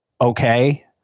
okay